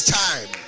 time